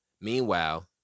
Meanwhile